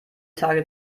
tage